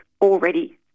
already